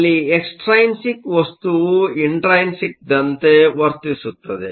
ಅಲ್ಲಿ ಎಕ್ಸ್ಟ್ರೈನ್ಸಿಕ್ ವಸ್ತುವು ಇಂಟ್ರೈನ್ಸಿಕ್ದಂತೆ ವರ್ತಿಸುತ್ತದೆ